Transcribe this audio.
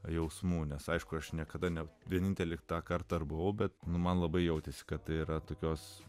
jausmų nes aišku aš niekada ne vienintelis tą kartą buvau bet man labai jautėsi kad tai yra tokios